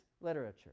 literature